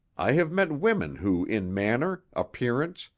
i have met women who in manner, appearance,